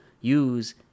use